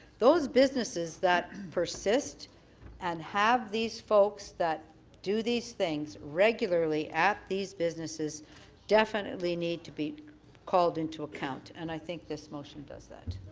those businesses that persist and have these folks that do these things regularly at these businesses definitely need to be called into account. and i think this motion does that.